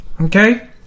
okay